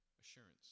Assurance